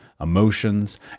emotions